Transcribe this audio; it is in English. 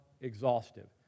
exhaustive